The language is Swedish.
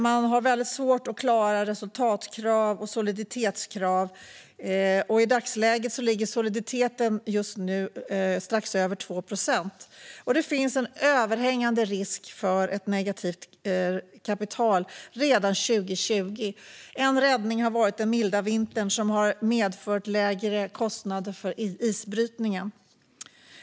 Man har mycket svårt att klara resultatkrav och soliditetskrav, och i dagsläget ligger soliditeten strax över 2 procent. Det finns en överhängande risk för ett negativt kapital redan 2020. En räddning har varit den milda vintern som har medfört lägre kostnader för isbrytningen.